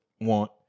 want